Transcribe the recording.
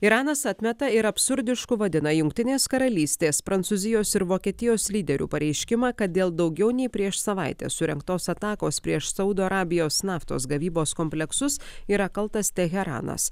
iranas atmeta ir absurdišku vadina jungtinės karalystės prancūzijos ir vokietijos lyderių pareiškimą kad dėl daugiau nei prieš savaitę surengtos atakos prieš saudo arabijos naftos gavybos kompleksus yra kaltas teheranas